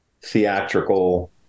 theatrical